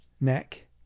neck